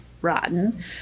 rotten